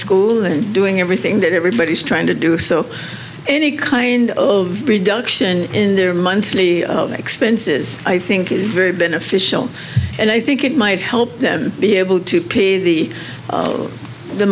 school and doing everything that everybody's trying to do so any kind of reduction in their monthly expenses i think is very beneficial and i think it might help them be able to pay the